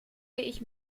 ich